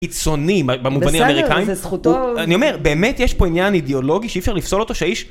איצונים במובנים אמריקאים, אני אומר באמת יש פה עניין אידיאולוגי שאי אפשר לפסול אותו שאיש.